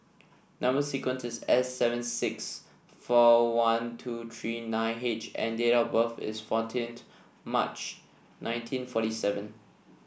number sequence is S seven six four one two three nine H and date of birth is fourteen March nineteen forty seven